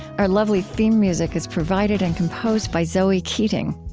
our lovely theme music is provided and composed by zoe keating.